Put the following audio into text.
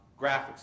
Graphics